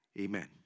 Amen